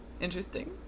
Interesting